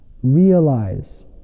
Realize